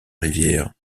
rivière